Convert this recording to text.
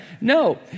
No